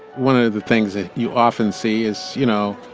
one of the things that you often see is, you know,